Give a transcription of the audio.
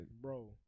Bro